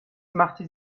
machte